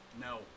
No